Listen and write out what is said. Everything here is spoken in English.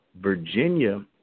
Virginia